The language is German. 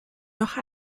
noch